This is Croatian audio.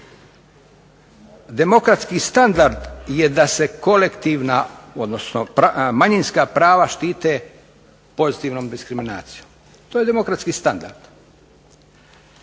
Demokratski standard je da se kolektivna odnosno manjinska prava štite pozitivnom diskriminacijom, to je demokratski standard.